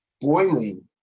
boiling